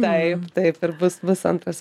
taip taip ir bus bus antras